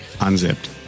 unzipped